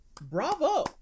Bravo